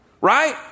right